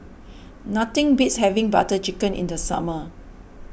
nothing beats having Butter Chicken in the summer